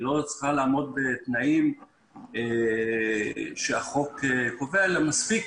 היא לא צריכה לעמוד בתנאים שהחוק קובע אלא מספיק